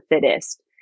fittest